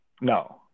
No